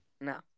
No